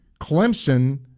Clemson